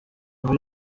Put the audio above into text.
muri